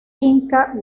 inca